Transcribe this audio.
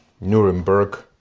Nuremberg